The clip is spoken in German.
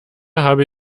habe